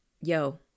yo